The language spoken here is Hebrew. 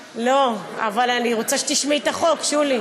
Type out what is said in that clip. לא, אבל אני רוצה שתשמעי את החוק, שולי.